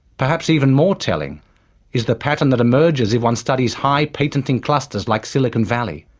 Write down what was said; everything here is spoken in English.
perhaps even more telling is the pattern that emerges if one studies high-patenting clusters like silicon valley.